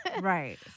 Right